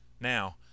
Now